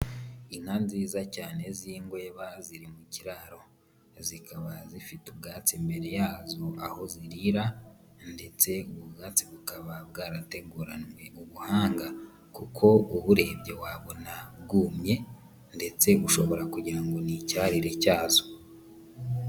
Inka nziza cyane z'ingweba ziri mu kiraro, zikaba zifite ubwatsi mbere yazo aho zirira ndetse ubu ubwatsi bukaba bwarateguranywe ubuhanga kuko ubu urebye wabona bwumye ndetse bushobora kugira ngo ni icyarire cyazo.